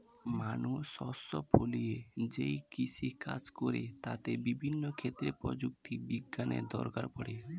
মানুষ শস্য ফলিয়ে যেই কৃষি কাজ করে তাতে বিভিন্ন ক্ষেত্রে প্রযুক্তি বিজ্ঞানের দরকার পড়ে